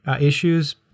issues